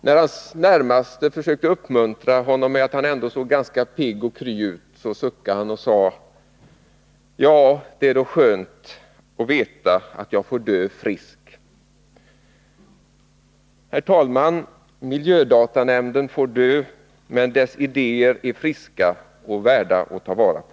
När hans närmaste försökte uppmuntra honom med att han ändå såg ganska pigg och kry ut, så suckade han och sade: Ja, det är då skönt att veta att jag får dö frisk. Herr talman! Miljödatanämnden får dö, men dess idéer är friska och värda att ta vara på.